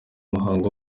muhango